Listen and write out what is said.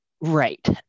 right